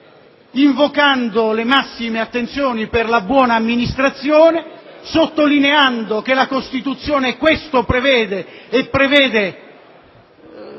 invocando le massime attenzioni per la buona amministrazione, sottolineando che la Costituzione questo prevede con